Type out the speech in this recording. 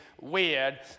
weird